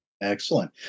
Excellent